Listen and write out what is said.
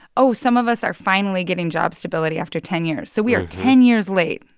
oh, some of us are finally getting job stability after ten years. so we are ten years late,